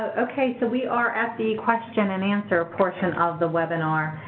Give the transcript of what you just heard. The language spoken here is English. okay. so, we are at the question and answer portion of the webinar.